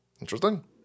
interesting